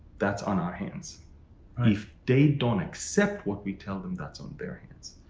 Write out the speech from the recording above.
that's on our hands. if they don't accept what we tell them, that's on their hands.